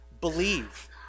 believe